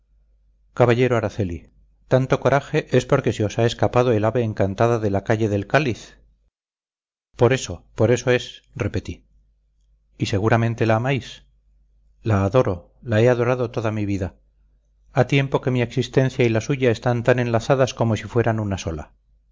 caballero araceli tanto coraje es porque se os ha escapado el ave encantada de la calle del cáliz por eso por eso es repetí y seguramente la amáis la adoro la he adorado toda mi vida ha tiempo que mi existencia y la suya están tan enlazadas como si fueran una sola